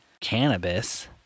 cannabis